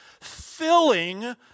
filling